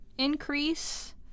increase